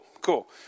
cool